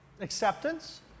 acceptance